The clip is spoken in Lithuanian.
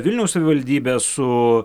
vilniaus savivaldybe su